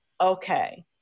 Okay